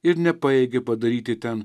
ir nepajėgė padaryti ten